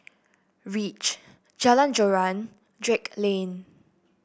reach Jalan Joran Drake Lane